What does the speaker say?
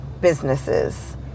businesses